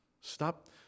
Stop